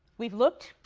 we've looked,